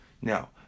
Now